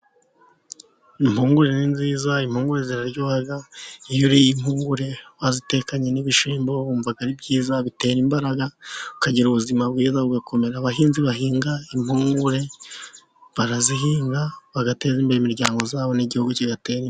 Impungure ni nziza, impungure ziraryoha, iyo uriye impungure wazitekanye n'ibishyimbo wumva ari byiza, bitera imbaraga, ukagira ubuzima bwiza ugakomera, abahinzi bahinga impungure barazihinga bagatera imbere mu miryango yabo, n'igihugu kidateye imbere.